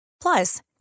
Plus